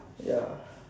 ya